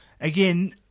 again